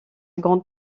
grande